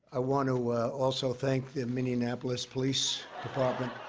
i want to also thank the minionapolis police department.